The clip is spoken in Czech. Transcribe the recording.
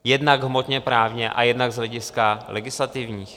Jednak hmotněprávně a jednak z hlediska legislativních.